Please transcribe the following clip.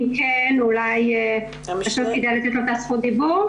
אם כן, אולי פשוט לקבל את זכות הדיבור.